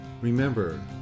remember